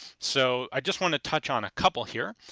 so i just want to touch on a couple here.